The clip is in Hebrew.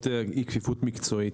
אי כפיפות מקצועית.